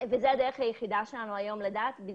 וזו הדרך היחידה שלנו היום לדעת מאחר